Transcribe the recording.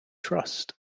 trust